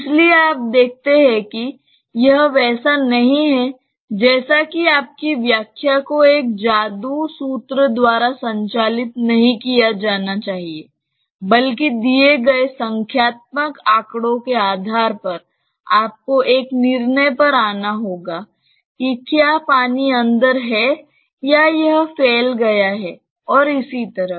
इसलिए आप देखते हैं कि यह वैसा नहीं है जैसा कि आपकी व्याख्या को एक जादू सूत्र द्वारा संचालित नहीं किया जाना चाहिए बल्कि दिए गए संख्यात्मक आंकड़ों के आधार पर आपको एक निर्णय पर आना होगा कि क्या पानी अंदर है या यह फैल गया है और इसी तरह